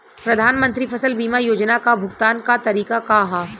प्रधानमंत्री फसल बीमा योजना क भुगतान क तरीकाका ह?